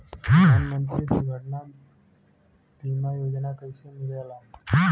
प्रधानमंत्री दुर्घटना बीमा योजना कैसे मिलेला?